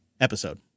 episode